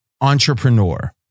Entrepreneur